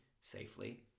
safely